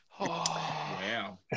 Wow